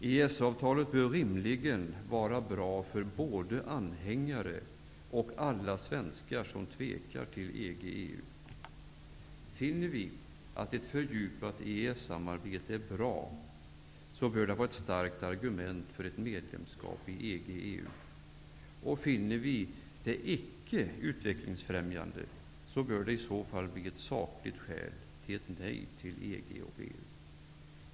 EES-avtalet bör rimligen vara bra för både anhängare och alla svenskar som är tveksamma till EG EU, och finner vi det icke utvecklingsbefrämjande bör det bli ett sakligt skäl till ett nej till EG/EU.